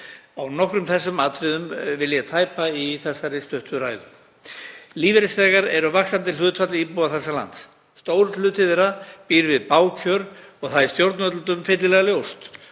Á nokkrum þessara atriða vil ég tæpa í þessari stuttu ræðu. Lífeyrisþegar er vaxandi hlutfall íbúa þessa lands. Stór hluti þeirra býr við bág kjör og það er stjórnvöldum fyllilega ljóst.